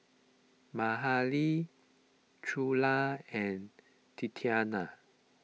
Mahalie Trula and Tatiana